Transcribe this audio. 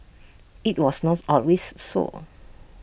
IT was not always so